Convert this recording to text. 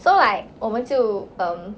so like 我们就 um